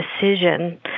decision